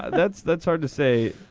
that's that's hard to say.